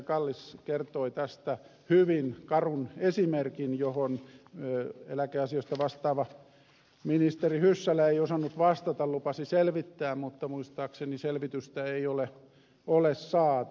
kallis kertoi tästä hyvin karun esimerkin johon eläkeasioista vastaava ministeri hyssälä ei osannut vastata lupasi selvittää mutta muistaakseni selvitystä ei ole saatu